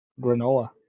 granola